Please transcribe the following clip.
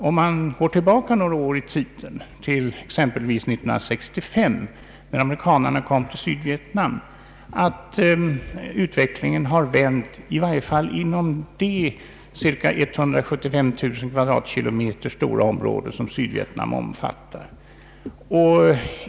Om man går tillbaka några år i tiden, exempelvis till år 1965 när amerikanarna kom till Sydvietnam och jämför med nu, står det väl klart att utvecklingen har vänt i varje fall inom det cirka 175 000 km? stora område som Sydvietnam omfattar.